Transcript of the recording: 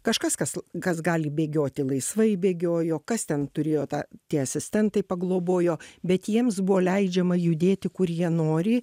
kažkas kas l kas gali bėgioti laisvai bėgiojo kas ten turėjo tą tie asistentai paglobojo bet jiems buvo leidžiama judėti kur jie nori